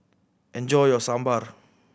enjoy your Sambar